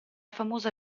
famosa